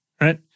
right